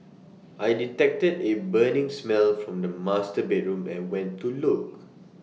I detected A burning smell from the master bedroom and went to look